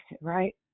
right